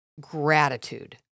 gratitude